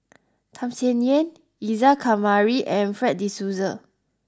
Tham Sien Yen Isa Kamari and Fred De Souza